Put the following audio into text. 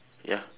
ya